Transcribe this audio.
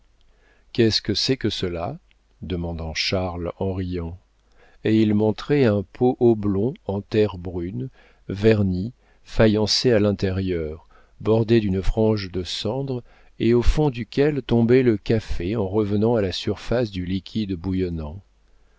qu'est-ce que c'est que cela demanda charles en riant et il montrait un pot oblong en terre brune verni faïencé à l'intérieur bordé d'une frange de cendre et au fond duquel tombait le café en revenant à la surface du liquide bouillonnant